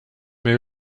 meie